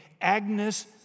Agnes